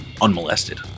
Unmolested